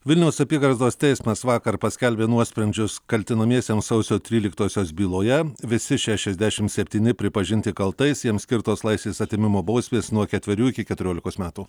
vilniaus apygardos teismas vakar paskelbė nuosprendžius kaltinamiesiems sausio tryliktosios byloje visi šešiasdešim septyni pripažinti kaltais jiems skirtos laisvės atėmimo bausmės nuo ketverių iki keturiolikos metų